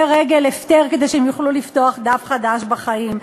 רגל הפטר כדי שהם יוכלו לפתוח דף חדש בחיים.